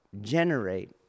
generate